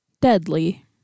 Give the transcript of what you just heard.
Deadly